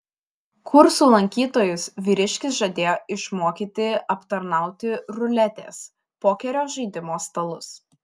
kursų lankytojus vyriškis žadėjo išmokyti aptarnauti ruletės pokerio žaidimo stalus